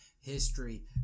history